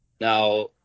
now